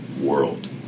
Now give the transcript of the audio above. world